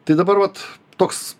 tai dabar vat toks